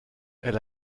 elle